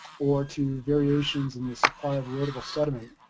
or to variations in the supply of erodible sediment.